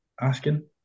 asking